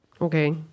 okay